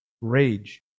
rage